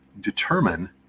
determine